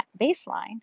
baseline